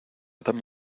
dame